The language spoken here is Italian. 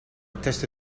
teste